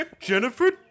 Jennifer